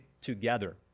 together